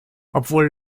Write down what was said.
obwohl